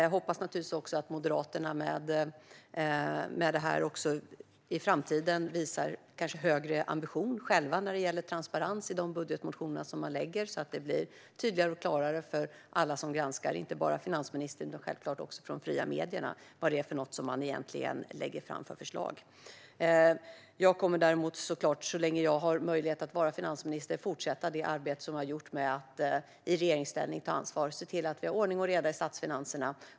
Jag hoppas också att Moderaterna själva i framtiden visar högre ambition när det gäller transparens i de budgetmotioner de lägger fram så att det blir tydligare och klarare för alla som granskar vilka förslag de egentligen lägger fram, inte bara för finansministern utan självklart också för de fria medierna. Så länge som jag har möjlighet att vara finansminister kommer jag att fortsätta arbetet med att i regeringsställning ta ansvar och se till att vi har ordning och reda i statsfinanserna.